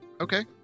Okay